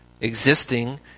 existing